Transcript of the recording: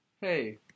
Hey